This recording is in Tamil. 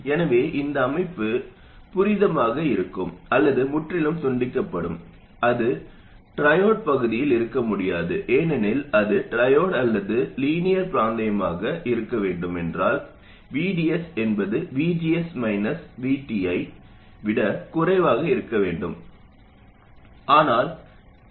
எனவே இந்த அமைப்பு பூரிதமாக இருக்கும் அல்லது முற்றிலும் துண்டிக்கப்படும் அது ட்ரையோட் பகுதியில் இருக்க முடியாது ஏனெனில் அது ட்ரையோட் அல்லது லீனியர் பிராந்தியமாக இருக்க வேண்டும் என்றால் VDS என்பது VGS VT ஐ விட குறைவாக இருக்க வேண்டும் ஆனால் எங்களிடம் VDS VGS உள்ளது